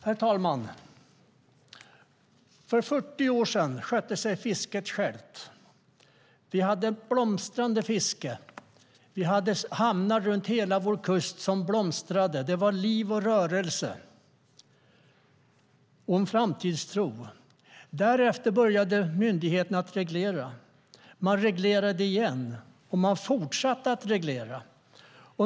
Herr talman! För 40 år sedan skötte fisket sig självt. Vi hade ett blomstrande fiske. Vi hade hamnar runt hela vår kust som blomstrade. Det var liv och rörelse och en framtidstro. Sedan började myndigheterna reglera. De reglerade igen, och de fortsatte att reglera.